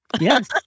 Yes